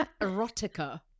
erotica